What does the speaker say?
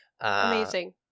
Amazing